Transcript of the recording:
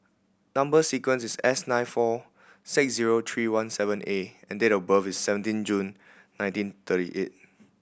number sequence is S nine four six zero three one seven A and date of birth is seventeen June nineteen thirty eight